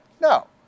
No